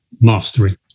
mastery